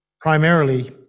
primarily